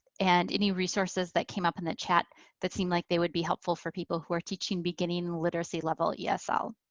and any resources that came up in the chat that seem like they would be helpful for people who are teaching beginning and literacy level yeah esl.